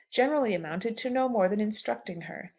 generally amounted to no more than instructing her.